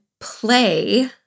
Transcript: play